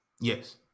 Yes